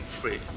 free